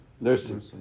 Nursing